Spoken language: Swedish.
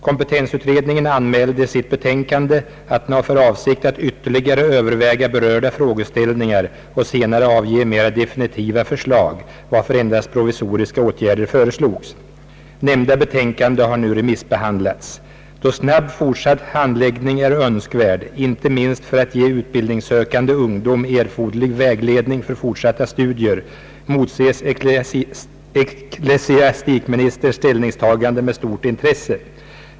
Kompetensutredningen anmälde i sitt betänkande att den har för avsikt att ytterligare överväga berörda frågeställningar och senare avge mera definitiva förslag, varför endast provisoriska åtgärder föreslogs. Nämnda betänkande har nu remissbehandlats. Då snabb fortsatt handläggning är önskvärd, inte minst för att ge utbildningssökande ungdom erforderlig vägledning för fortsatta studier, motses ecklesiastikministerns ställningstagande med stort intresse.